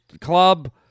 Club